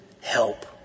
help